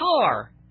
car